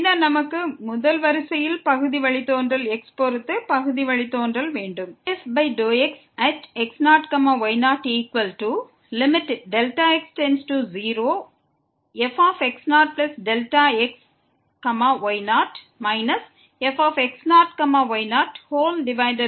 பின்னர் நமக்கு x பொறுத்த பகுதி வழித்தோன்றல் இருக்கிறது அதாவது முதல் வரிசை பகுதி வழித்தோன்றல் ∂f∂x |x0y0fx0Δxy0 fx0y0Δx